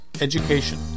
education